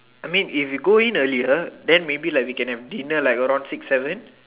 I mean if we go in earlier then maybe like we can have dinner like around six seven